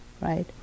right